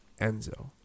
Enzo